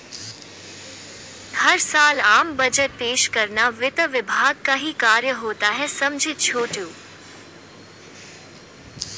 हर साल आम बजट पेश करना वित्त विभाग का ही कार्य होता है समझे छोटू